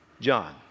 John